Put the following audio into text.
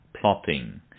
plotting